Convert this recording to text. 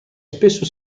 spesso